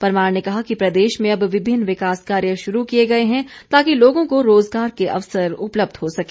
परमार ने कहा कि प्रदेश में अब विभिन्न विकास कार्य शुरू किए गए है ताकि लोगों को रोजगार के अवसर उपलब्ध हो सके